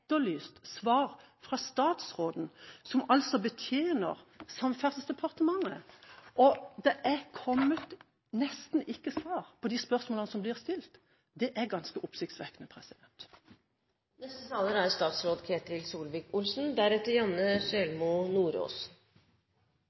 det er nesten ikke kommet svar på de spørsmålene som er blitt stilt. Det er ganske oppsiktsvekkende. Det er åpenbart at det er